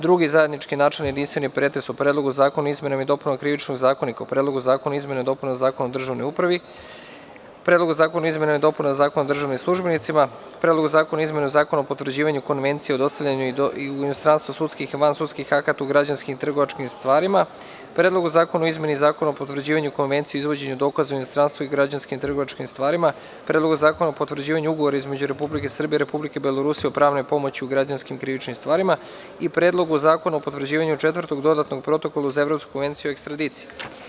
Drugi zajednički načelni pretres o: Predlogu zakona o izmenama i dopunama Krivičnog zakonika, Predlogu zakona o izmenama i dopunama Zakona o državnoj upravi, Predlogu zakona o izmenama i dopunama Zakona o državnim službenicima, Predlogu zakona o izmeni Zakona o potvrđivanju Konvencije o dostavljanju u inostranstvu sudskih i vansudskih akata u građanskim i trgovačkim stvarima, Predlogu zakona o izmeni Zakona o potvrđivanju Konvencije o izvođenju dokaza u inostranstvu u građanskim i trgovačkim stvarima, Predlogu zakona o potvrđivanju Ugovora između Republike Srbije i Republike Belorusije o pravnoj pomoći u građanskim i krivičnim stvarima, i Predlogu zakona o potvrđivanju Četvrtog dodatnog protokola uz Evropsku konvenciju o ekstradiciji.